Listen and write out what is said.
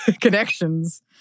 connections